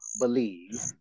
believe